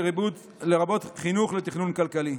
לרבות חינוך לתכנון כלכלי.